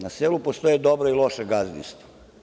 Na selu postoje dobra i loša gazdinstva.